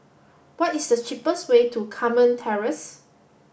what is the cheapest way to Carmen Terrace